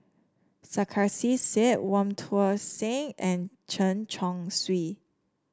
Sarkasi Said Wong Tuang Seng and Chen Chong Swee